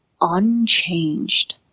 unchanged